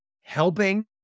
helping